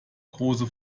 große